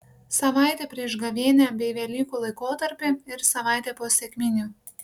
savaitę prieš gavėnią bei velykų laikotarpį ir savaitę po sekminių